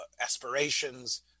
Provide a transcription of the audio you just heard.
aspirations